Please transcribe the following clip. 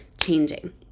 changing